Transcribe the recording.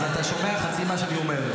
אז אתה שומע חצי ממה שאני אומר,